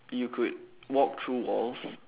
you could walk through walls